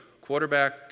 quarterback